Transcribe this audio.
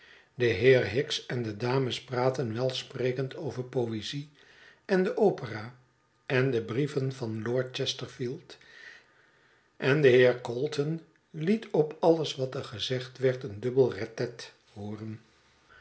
de heer hicks en de dames praatten welsprekend over poezie en de opera en de brieven van lord chesterfield en de heer calton liet op alles wat er gezegd werd een dubbel ret tet hooren